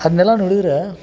ಅದನ್ನೆಲ್ಲ ನೋಡಿದ್ರೆ